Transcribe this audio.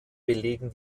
belegen